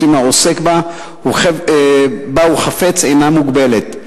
עם העוסק שבה הוא חפץ אינה מוגבלת.